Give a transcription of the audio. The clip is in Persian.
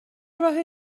راه